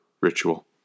ritual